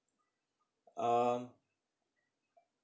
um